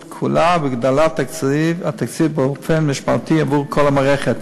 כולה ולהגדלה משמעותית של התקציב עבור כל המערכת.